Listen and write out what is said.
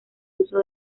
uso